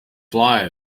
fly